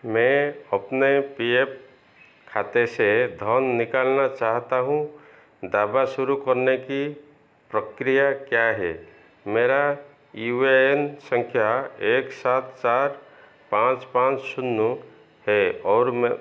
मैं अपने P F खाते से धन निकालना चाहता हूँ दावा शुरू करने की प्रक्रिया क्या है मेरी यू ए एन संख्या एक सात सात पाँच पाँच शून्य है और मैं